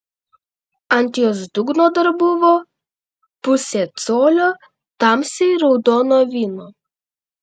ant jos dugno dar buvo pusė colio tamsiai raudono vyno